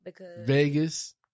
Vegas